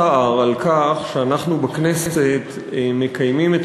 צער על כך שאנחנו בכנסת מקיימים את